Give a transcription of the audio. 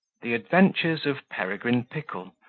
the adventures of peregrine pickle,